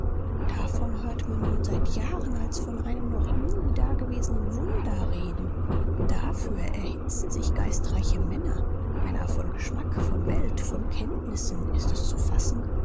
davon hört man nun seit jahren als von einem noch nie dagewesenen wunder reden dafür erhitzen sich geistreiche männer männer von geschmack von welt von kenntnissen ist es zu fassen